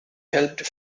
helped